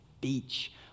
beach